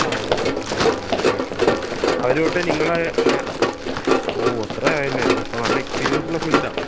ആണല്ലേ ആ okay okay okay അവര് തൊട്ട് നിങ്ങള് പിന്നെ ഓ അത്രയുമായല്ലേ അപ്പോള് നല്ല എക്സ്പീരിയൻസുള്ള ഫീൽഡാണ്